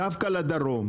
דווקא לדרום.